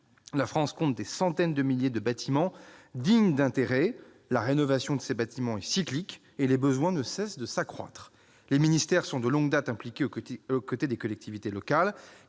la France compte des centaines de milliers de bâtiments dignes d'intérêt. La rénovation de ces bâtiments est cyclique, et les besoins ne cessent de s'accroître. Les ministères sont de longue date impliqués aux côtés des collectivités